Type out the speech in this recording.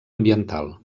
ambiental